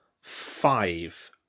five